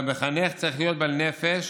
והמחנך צריך להיות בעל נפש